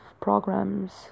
programs